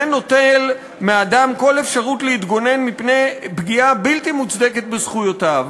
זה נוטל מאדם כל אפשרות להתגונן מפני פגיעה בלתי מוצדקת בזכויותיו,